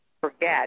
forget